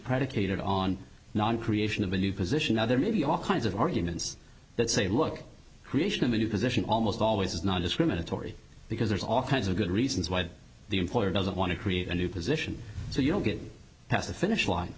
predicated on non creation of a new position other maybe all kinds of arguments that say look creation in the new position almost always is not discriminatory because there's all kinds of good reasons why the employer doesn't want to create a new position so you don't get past the finish line